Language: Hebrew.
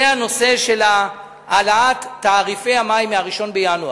היא בנושא של העלאת תעריפי המים מ-1 בינואר.